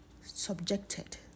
subjected